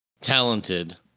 talented